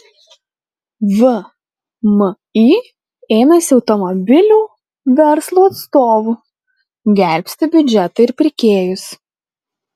vmi ėmėsi automobilių verslo atstovų gelbsti biudžetą ir pirkėjus